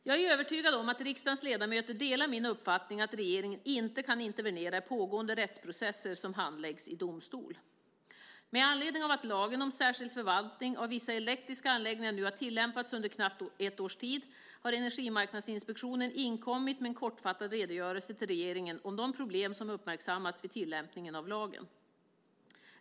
Jag är övertygad om att riksdagens ledamöter delar min uppfattning att regeringen inte kan intervenera i pågående rättsprocesser som handläggs i domstol. Med anledning av att lagen om särskild förvaltning av vissa elektriska anläggningar nu har tillämpats under knappt ett års tid har Energimarknadsinspektionen inkommit med en kortfattad redogörelse till regeringen om de problem som uppmärksammats vid tillämpningen av lagen.